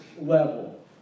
level